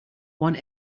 one